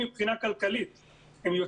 אתה נשמע מאוד מנותק מהמציאות.